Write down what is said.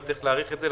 וצריך להאריך את זה,